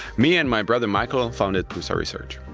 me and my brother michal and founded prusa research.